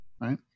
Right